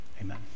Amen